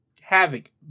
Havoc